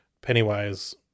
Pennywise